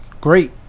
Great